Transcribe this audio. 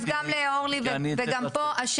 אז גם לאורלי וגם פה,